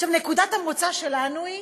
עכשיו, נקודת המוצא שלנו היא: